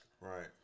Right